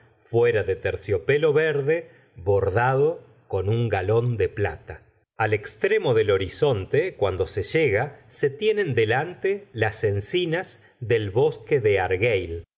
fuera de terciopelo verde bordado con un galón de plata al extremo del horizonte cuando se llega se tienen délante las encinas del bosque de argueil